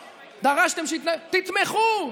תתמכו.